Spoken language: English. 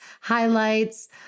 highlights